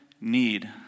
need